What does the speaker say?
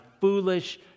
foolish